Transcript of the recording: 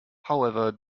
however